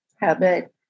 habit